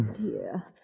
Dear